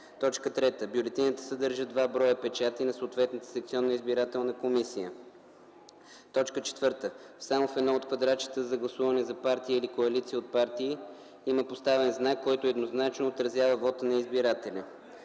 „3. Бюлетината съдържа два броя печати на съответната секционна избирателна комисия. 4. Само в едно от квадратчетата за гласуване за партия или коалиция от партии има поставен знак, който еднозначно отразява вота на избирателя.”